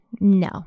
No